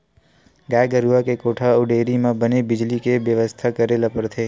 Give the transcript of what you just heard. गाय गरूवा के कोठा अउ डेयरी म बने बिजली के बेवस्था करे ल परथे